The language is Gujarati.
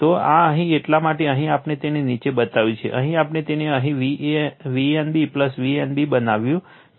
તો આ અહીં એટલા માટે અહીં આપણે તેને નીચું બનાવ્યું છે અહીં આપણે તેને અહીં Van Vnb બનાવ્યું છે